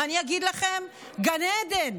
מה אני אגיד לכם, גן עדן,